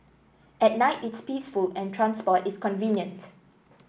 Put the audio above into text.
at night it's peaceful and transport is convenient